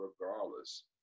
regardless